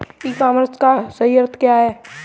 ई commerce का सही अर्थ क्या है?